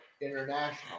International